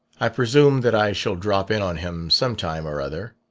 i presume that i shall drop in on him some time or other.